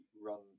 run